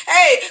Hey